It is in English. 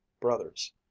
Brothers